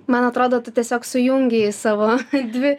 man atrodo tu tiesiog sujungei savo dvi